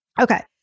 Okay